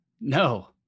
No